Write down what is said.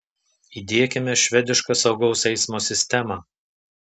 įdiekime švedišką saugaus eismo sistemą